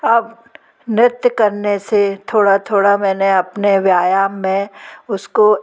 अब नृत्य करने से थोड़ा थोड़ा मैंने अपने व्यायाम में उसको